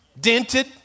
dented